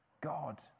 God